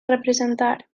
representar